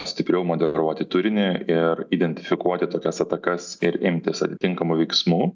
stipriau moderuoti turinį ir identifikuoti tokias atakas ir imtis atitinkamų veiksmų